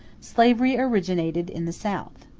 slavery originated in the south.